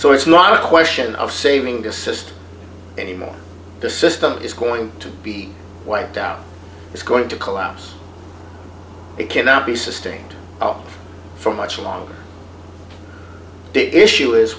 so it's not a question of saving to assist anymore the system is going to be wiped out it's going to collapse it cannot be sustained for much longer to issue is